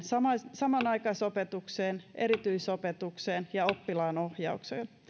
samanaikaisopetukseen erityisopetukseen ja oppilaanohjaukseen